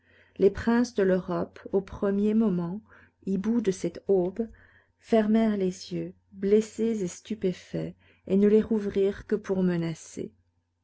les princes de l'europe au premier moment hiboux de cette aube fermèrent les yeux blessés et stupéfaits et ne les rouvrirent que pour menacer